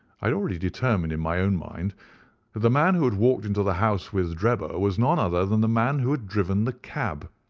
had already determined in my own mind that the man who had walked into the house with drebber, was none other than the man who had driven the cab.